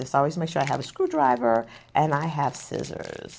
this i always make sure i have a screwdriver and i have scissors